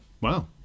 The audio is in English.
wow